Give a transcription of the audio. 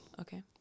Okay